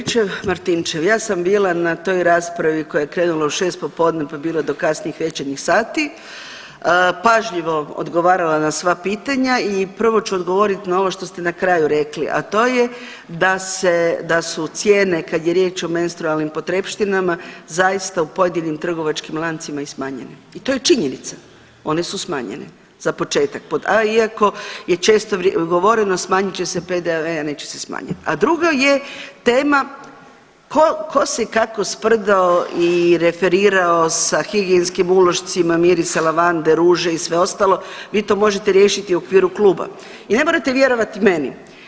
Kolegice Juričev-Martinčev, ja sam bila na toj raspravi koja je krenula u 6 popodne, pa bila do kasnih večernjih sati, pažljivo odgovarala na sva pitanja i prvo ću odgovorit na ovo što ste na kraju rekli, a to je da se, da su cijene kad je riječ o menstrualnim potrepštinama zaista u pojedinim trgovačkim lancima i smanjeni i to je činjenica, one su smanjene za početak pod A iako je često govoreno smanjit će se PDV, a neće se smanjit, a drugo je tema ko, ko se i kako sprdao i referirao sa higijenskih ulošcima mirisa lavande, ruže i sve ostalo vi to možete riješiti u okviru kluba i ne morate vjerovati meni.